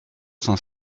cent